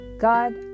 God